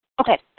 Okay